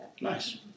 Nice